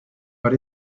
but